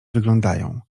wyglądają